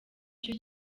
cyo